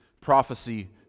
prophecy